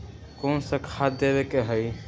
कोन सा खाद देवे के हई?